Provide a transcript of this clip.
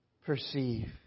perceive